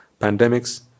pandemics